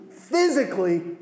physically